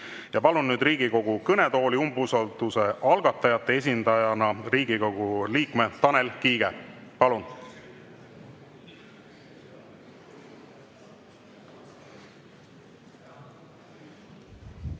liiget. Palun nüüd Riigikogu kõnetooli umbusalduse algatajate esindajana Riigikogu liikme Tanel Kiige. Palun!